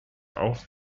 auch